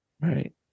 Right